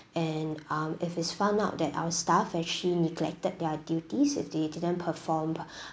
and um if it's found out that our staff actually neglected their duties if they didn't perform